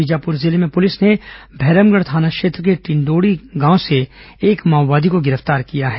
बीजापुर जिले में पुलिस ने भैरमगढ़ थाना क्षेत्र के टिंटोड़ी गांव से एक माओवादी को गिरफ्तार किया है